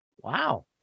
Wow